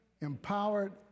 empowered